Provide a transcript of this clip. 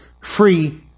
free